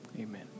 amen